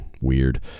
weird